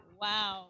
wow